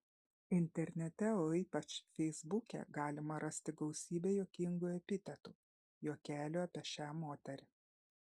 internete o ypač feisbuke galima rasti gausybę juokingų epitetų juokelių apie šią moterį